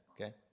okay